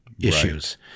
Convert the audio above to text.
issues